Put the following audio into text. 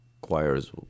choirs